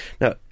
Now